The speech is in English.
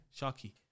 Sharky